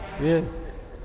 Yes